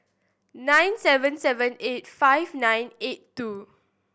nine seven seven eight five nine eight two